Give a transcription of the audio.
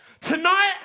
Tonight